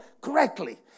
correctly